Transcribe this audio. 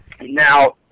now